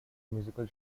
musical